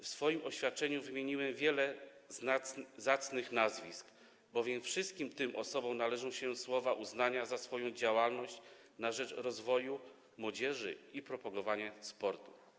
W swoim oświadczeniu wymieniłem wiele zacnych nazwisk, bowiem wszystkim tym osobom należą się słowa uznania za ich działalność na rzecz rozwoju młodzieży i propagowania sportu.